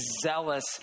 zealous